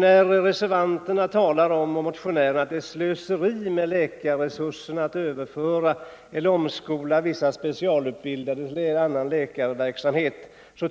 När reservanterna och motionärerna talar om att det är slöseri med läkarresurserna att överföra eller omskola vissa specialutbildade läkare till annan läkarverksamhet